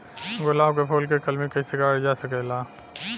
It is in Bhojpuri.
गुलाब क फूल के कलमी कैसे करल जा सकेला?